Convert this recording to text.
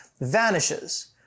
vanishes